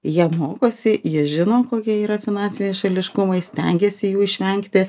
jie mokosi jie žino kokie yra finansiniai šališkumai stengiasi jų išvengti